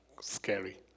scary